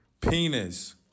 Penis